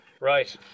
Right